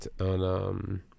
on –